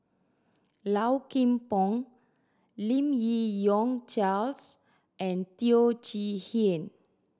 Lau Kim Pong Lim Yi Yong Charles and Teo Chee Hean